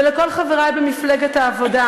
ולכל חברי במפלגת העבודה,